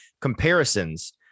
comparisons